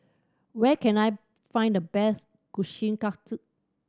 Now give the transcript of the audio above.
where can I find the best Kushikatsu